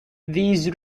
these